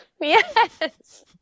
Yes